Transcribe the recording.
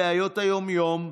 ו-2635.